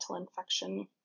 infection